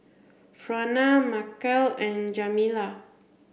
Frona Markel and Jamila